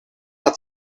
hat